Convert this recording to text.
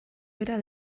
bera